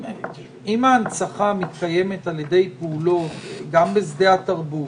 אם ההנצחה מתקיימת על ידי פעולות גם בשדה התרבות,